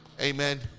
Amen